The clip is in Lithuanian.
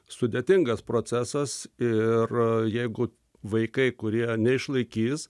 sudėtingas procesas ir jeigu vaikai kurie neišlaikys